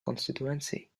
constituency